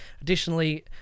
Additionally